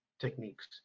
techniques